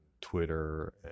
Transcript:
Twitter